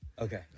Okay